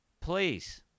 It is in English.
please